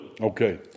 Okay